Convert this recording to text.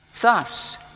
Thus